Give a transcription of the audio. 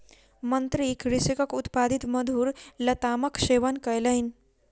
मंत्री कृषकक उत्पादित मधुर लतामक सेवन कयलैन